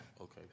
Okay